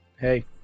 hey